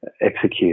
execute